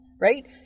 Right